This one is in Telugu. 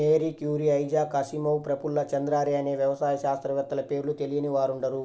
Mary Curie, Isaac Asimov, Prafulla Chandra Ray అనే వ్యవసాయ శాస్త్రవేత్తల పేర్లు తెలియని వారుండరు